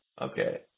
okay